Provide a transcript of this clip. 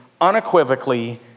unequivocally